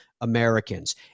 Americans